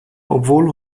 obwohl